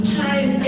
time